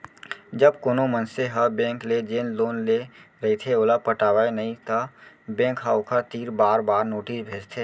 जब कोनो मनसे ह बेंक ले जेन लोन ले रहिथे ओला पटावय नइ त बेंक ह ओखर तीर बार बार नोटिस भेजथे